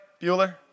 Bueller